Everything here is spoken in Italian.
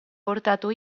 portato